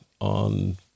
on